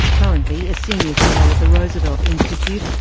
currently a senior fellow at the roosevelt institute,